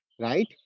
right